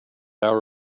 our